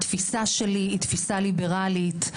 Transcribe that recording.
התפיסה שלי היא תפיסה ליברלית.